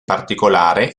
particolare